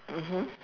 mmhmm